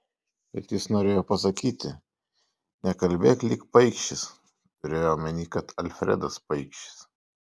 bet jis norėjo pasakyti nekalbėk lyg paikšis turėjo omenyje kad alfredas paikšis